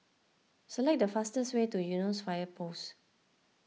select the fastest way to Eunos Fire Post